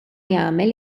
jagħmel